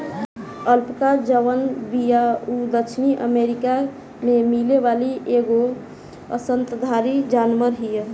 alpaca जवन बिया उ दक्षिणी अमेरिका में मिले वाली एगो स्तनधारी जानवर हिय